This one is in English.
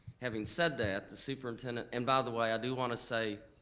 having said that, the superintendent, and by the way i do want to say,